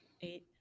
Eight